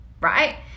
right